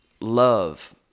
love